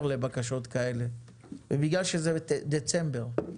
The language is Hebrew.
לבקשות כאלה ובגלל שאנחנו בחודש דצמבר,